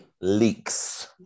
leaks